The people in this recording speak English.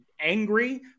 angry